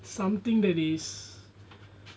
something that is